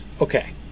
okay